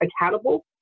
accountable